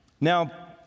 Now